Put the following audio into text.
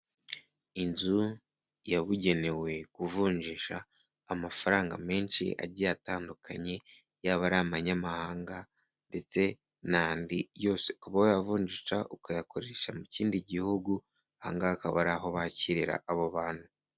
Inzu yabugenewe kuvunjisha amafaranga menshi agiye atandukanye, yaba ari amanyamahanga ndetse n'andi, yose ukaba wayavunjisha ukayakoresha mu kindi gihugu, aga ngaha akaba ari aho bakirira abo bantu.